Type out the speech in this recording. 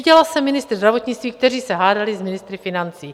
Viděla jsem ministry zdravotnictví, kteří se hádali s ministry financí.